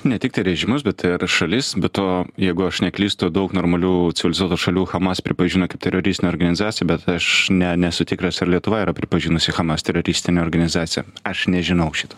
ne tiktai režimus bet ir šalis be to jeigu aš neklystu daug normalių civilizuotų šalių hamas pripažino kaip teroristinę organizaciją bet aš ne nesu tikras ar lietuva yra pripažinusi hamas teroristine organizacija aš nežinau šito